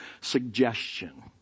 suggestion